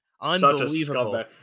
Unbelievable